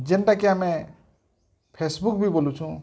ଯେନ୍ଟାକି ଆମେ ଫେସବୁକ୍ ବି ବେଲୁଛୁଁ